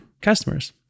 customers